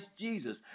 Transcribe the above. Jesus